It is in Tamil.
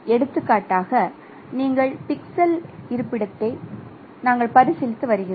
எடுத்துக்காட்டாக இந்த பிக்சல் இருப்பிடத்தை நாங்கள் பரிசீலித்து வருகிறோம்